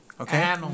Okay